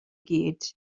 gyd